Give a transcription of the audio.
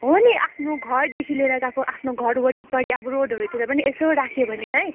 हो नि आफ्नो घरदेखि लिएर गएको आफ्नो घर वरिपरि अब रोडहरूतिर पनि यसो राख्यो भने है